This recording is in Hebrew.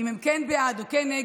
אם הם בעד או נגד,